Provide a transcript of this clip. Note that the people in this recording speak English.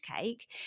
cake